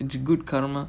it's a good karma